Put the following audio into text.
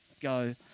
go